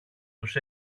τους